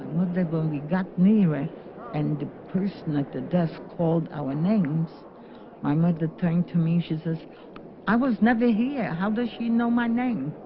what they've only got me right and the person at the desk called our names my mother trying to me she says i was never here how does she know my name